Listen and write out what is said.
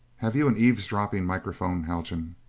have you an eavesdropping microphone, haljan?